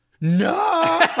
no